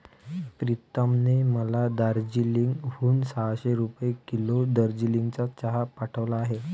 प्रीतमने मला दार्जिलिंग हून सहाशे रुपये किलो दार्जिलिंगचा चहा पाठवला आहे